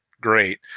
great